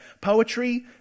Poetry